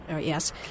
yes